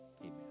amen